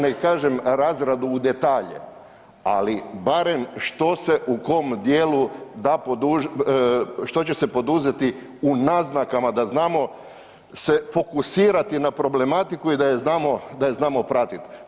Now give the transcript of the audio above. Ne kažem razradu u detalje, ali barem što se u kom dijelu da, što će se poduzeti u naznakama da znamo se fokusirati na problematiku i da je znamo, da je znamo pratiti.